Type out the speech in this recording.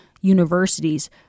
universities